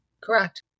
correct